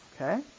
Okay